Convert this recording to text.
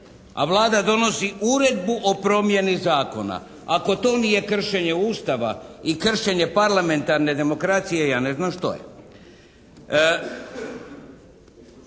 A Vlada donosi Uredbu o promjeni zakona. Ako to nije kršenje Ustava i kršenje parlamentarne demokracije ja ne znam što je.